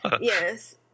Yes